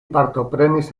partoprenis